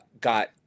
got